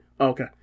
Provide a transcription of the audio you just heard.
Okay